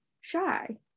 shy